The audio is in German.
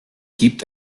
gibt